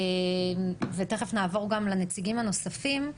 תכף נעבור גם לנציגים הנוספים.